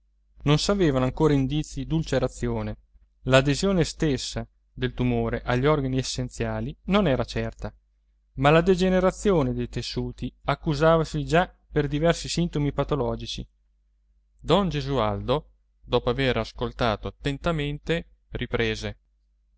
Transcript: non s'avevano ancora indizii d'ulcerazione l'adesione stessa del tumore agli organi essenziali non era certa ma la degenerescenza dei tessuti accusavasi già per diversi sintomi patologici don gesualdo dopo avere ascoltato attentamente riprese